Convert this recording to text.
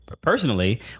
personally